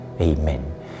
Amen